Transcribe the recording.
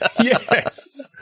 Yes